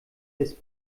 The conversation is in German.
ist